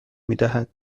میدهد